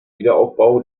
wiederaufbau